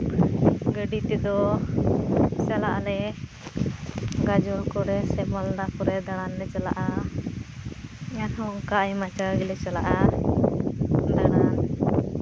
ᱟᱨ ᱜᱟᱹᱰᱤ ᱛᱮᱫᱚ ᱪᱟᱞᱟᱜ ᱟᱞᱮ ᱜᱟᱡᱚᱞ ᱠᱚᱨᱮ ᱥᱮ ᱢᱟᱞᱫᱟ ᱠᱚᱨᱮ ᱫᱟᱬᱟᱱ ᱞᱮ ᱪᱟᱞᱟᱜᱼᱟ ᱟᱨᱦᱚᱸ ᱚᱱᱠᱟ ᱟᱭᱢᱟ ᱡᱟᱭᱜᱟ ᱜᱮᱞᱮ ᱪᱟᱞᱟᱜᱼᱟ ᱫᱟᱬᱟᱱ